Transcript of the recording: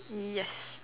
yes